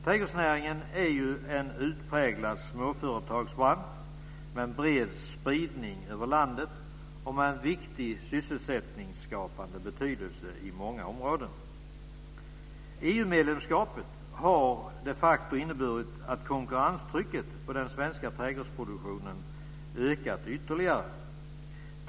Trädgårdsnäringen är en utpräglad småföretagsbransch med en bred spridning över landet och med en viktig sysselsättningsskapande betydelse i många områden. EU-medlemskapet har de facto inneburit att konkurrenstrycket på den svenska trädgårdsproduktionen ökat ytterligare.